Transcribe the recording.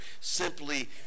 simply